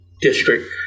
District